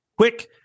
Quick